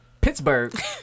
Pittsburgh